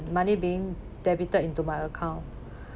money being debited into my account